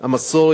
המסורת,